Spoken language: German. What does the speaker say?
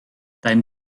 dein